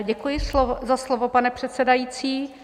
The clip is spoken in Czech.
Děkuji za slovo, pane předsedající.